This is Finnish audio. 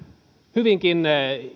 hyvinkin